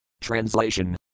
Translation